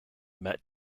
met